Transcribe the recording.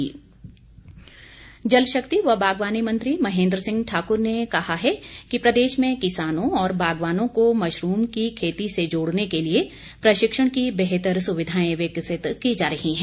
महेन्द्र सिंह जल शक्ति य बागवानी मंत्री महेन्द्र सिंह ठाकुर ने कहा है कि प्रदेश में किसानो और बागवानों को मशरूम की खेती से जोड़ने के लिए प्रशिक्षण की बेहतर सुविधाएं विकसित की जा रही है